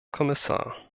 kommissar